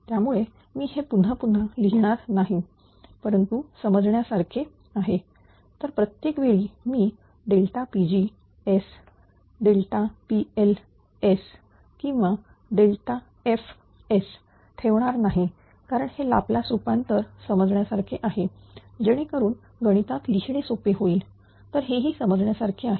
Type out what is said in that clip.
त्यामुळे मी हे पुन्हा पुन्हा लिहिणार नाही परंतु समजण्यासारखे आहे तर प्रत्येक वेळी मी Pg PL किंवा f ठेवणार नाही कारण हे लाप्लास रूपांतर समजण्यासारखे आहे जेणेकरून गणितात लिहिणे सोपे होईल तर हे समजण्यासारखे आहे